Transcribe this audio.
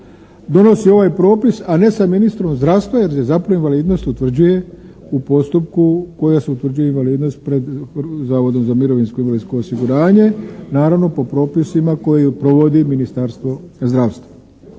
donosi ovaj propis, a ne sa ministrom zdravstva, jer zapravo invalidnost utvrđuje u postupku koja se utvrđuje invalidnost pred Zavodom za mirovinsko i invalidsko osiguranje, naravno po propisima koje provodi Ministarstvo zdravstva.